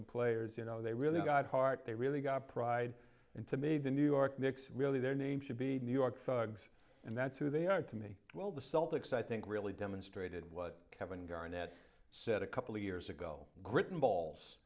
the players you know they really got heart they really got pride and to me the new york knicks really their name should be new york thugs and that's who they are to me well the celtics i think really demonstrated what kevin garnett said a couple of years ago griffin balls